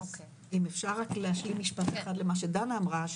אם אפשר רק להשלים משפט אחד למה שדנה אמרה,